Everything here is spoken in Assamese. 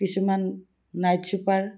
কিছুমান নাইট ছুপাৰ